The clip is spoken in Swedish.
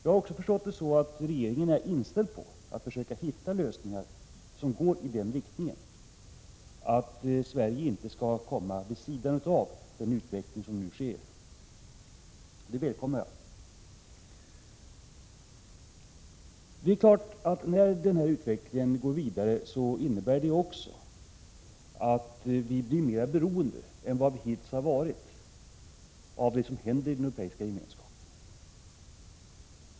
Jag har också förstått att regeringen är inställd på att försöka hitta lösningar som gör att Sverige inte hamnar vid sidan av den utveckling som nu sker. Det välkomnar jag. När integrationen går vidare innebär det också att vi blir mer beroende än hittills av det som händer i Europeiska gemenskapen.